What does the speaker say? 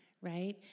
right